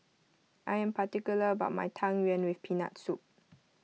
I am particular about my Tang Yuen with Peanut Soup